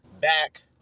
back